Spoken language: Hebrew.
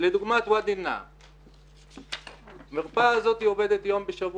רק בעניין המלצות אני אבקש דבר אחד.